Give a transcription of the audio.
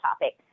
topic